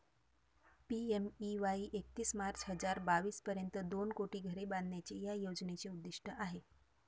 PMAY एकतीस मार्च हजार बावीस पर्यंत दोन कोटी घरे बांधण्याचे या योजनेचे उद्दिष्ट आहे